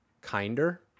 kinder